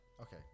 Okay